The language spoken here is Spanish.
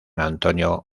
antonio